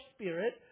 spirit